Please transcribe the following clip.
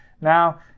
Now